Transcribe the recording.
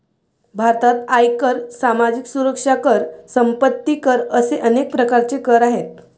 भारतात आयकर, सामाजिक सुरक्षा कर, संपत्ती कर असे अनेक प्रकारचे कर आहेत